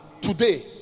Today